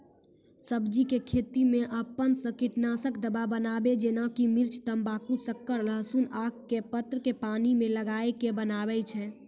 सब्जी के खेती मे अपन से कीटनासक दवा बनाबे जेना कि मिर्च तम्बाकू शक्कर लहसुन आक के पत्र के पानी मे गलाय के बनाबै छै?